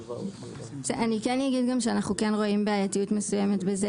אני כן אגיד שאנחנו רואים בעייתיות מסוימת בזה